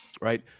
Right